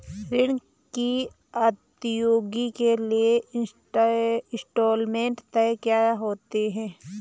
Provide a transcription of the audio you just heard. ऋण की अदायगी के लिए इंस्टॉलमेंट तय किए होते हैं